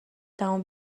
تمام